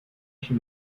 she